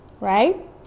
right